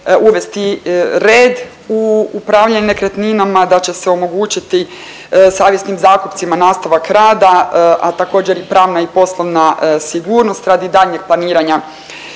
uvesti red u upravljanje nekretninama, da će se omogućiti savjesnim zakupcima nastavak rada, a također i pravna i poslovna sigurnost radi daljnjeg planiranja